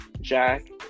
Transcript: Jack